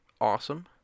awesome